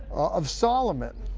of solomon.